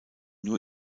nur